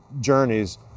journeys